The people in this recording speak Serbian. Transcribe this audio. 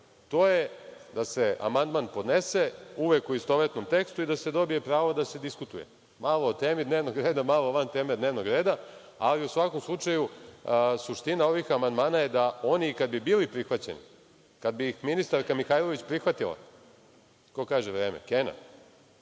to je da se amandman podnese, uvek u istovetnom tekstu i da se dobije pravo da se diskutuje. Malo o temi dnevnog reda, malo van teme dnevnog reda, ali u svakom slučaju suština ovih amandmana je da oni i kad bi bili prihvaćeni, kada bi ih ministarka Mihajlović prihvatila …(Radoslav